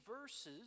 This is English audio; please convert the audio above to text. verses